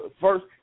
first